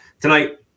tonight